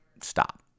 stop